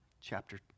Chapter